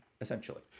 essentially